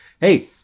hey